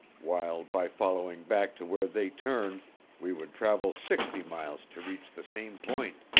while by following back to where they turned we would travel sixty miles to reach the same point.